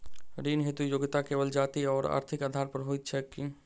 ऋण हेतु योग्यता केवल जाति आओर आर्थिक आधार पर होइत छैक की?